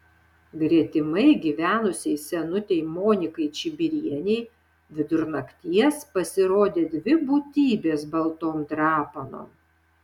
gretimai gyvenusiai senutei monikai čibirienei vidur nakties pasirodė dvi būtybės baltom drapanom